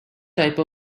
type